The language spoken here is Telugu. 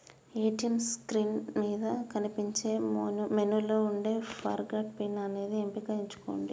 ఏ.టీ.యం స్క్రీన్ మీద కనిపించే మెనూలో వుండే ఫర్గాట్ పిన్ అనే ఎంపికను ఎంచుకొండ్రి